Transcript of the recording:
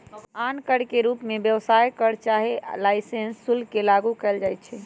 आन कर के रूप में व्यवसाय कर चाहे लाइसेंस शुल्क के लागू कएल जाइछै